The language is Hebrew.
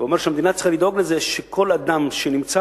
ואומר שהמדינה צריכה לדאוג לזה שכל אדם שנמצא